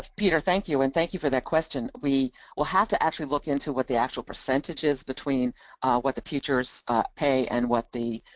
ah peter thank you, and thank you for that question we will have to actually look into what the actual percentage is, between what the teachers pay and what the